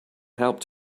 helped